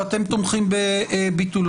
שאתם תומכים בביטולו.